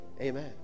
amen